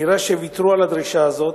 נראה שוויתרו על הדרישה הזאת,